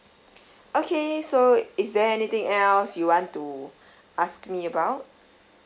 okay so is there anything else you want to ask me about